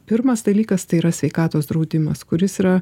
pirmas dalykas tai yra sveikatos draudimas kuris yra